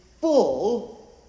full